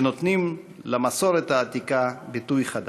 והם נותנים למסורת העתיקה ביטוי חדש.